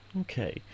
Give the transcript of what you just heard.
Okay